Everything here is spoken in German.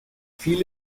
viele